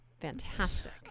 Fantastic